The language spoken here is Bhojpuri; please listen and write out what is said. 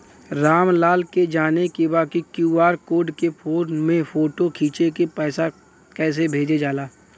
राम लाल के जाने के बा की क्यू.आर कोड के फोन में फोटो खींच के पैसा कैसे भेजे जाला?